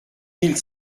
mille